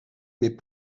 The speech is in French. mais